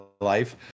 life